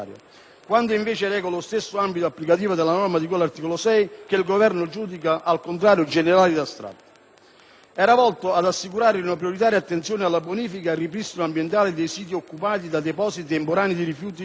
(quando invece reca lo stesso ambito applicativo delle norme di cui all'articolo 6 che il Governo giudica, al contrario, generali ed astratte!) volto ad assicurare una prioritaria attenzione alla bonifica e al ripristino ambientale dei siti occupati da depositi temporanei di rifiuti